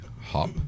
hop